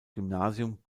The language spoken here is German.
gymnasium